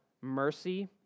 mercy